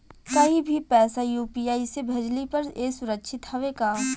कहि भी पैसा यू.पी.आई से भेजली पर ए सुरक्षित हवे का?